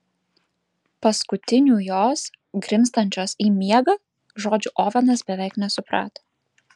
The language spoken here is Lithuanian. paskutinių jos grimztančios į miegą žodžių ovenas beveik nesuprato